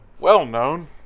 well-known